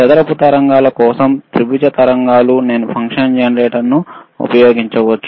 చదరపు తరంగాల కోసం త్రిభుజ తరంగాల కోసం నేను ఫంక్షన్ జెనరేటర్ను ఉపయోగించవచ్చు